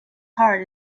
heart